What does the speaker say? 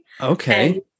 Okay